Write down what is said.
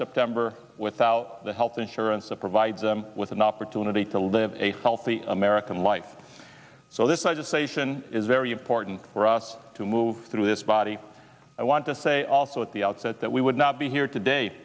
september without the health insurance to provide them with an opportunity to live a healthy american life so this legislation is very important for us to move through this body i want to say also at the outset that we would not be here today